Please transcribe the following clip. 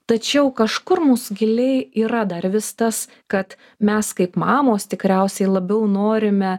tačiau kažkur mūsų giliai yra dar vis tas kad mes kaip mamos tikriausiai labiau norime